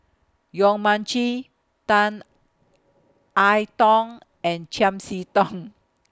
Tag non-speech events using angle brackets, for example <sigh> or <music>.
Yong Mun Chee Tan I Tong and Chiam See Tong <noise>